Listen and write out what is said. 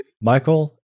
Michael